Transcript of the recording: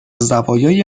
زوایای